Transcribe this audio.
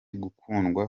gukundwa